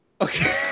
Okay